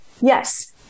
Yes